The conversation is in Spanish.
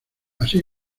así